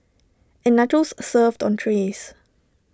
and nachos served on trays